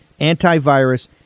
antivirus